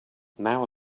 now